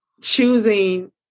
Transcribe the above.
choosing